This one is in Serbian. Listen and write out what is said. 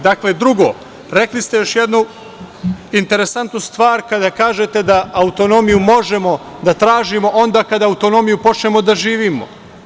Dakle, drugo, rekli ste još jednu interesantnu stvar, kada kažete da autonomiju možemo da tražimo onda kada autonomiju počnemo da živimo.